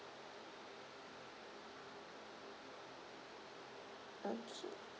okay